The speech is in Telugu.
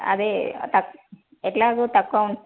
అదే తాక్ ఎట్లాగో తక్కువ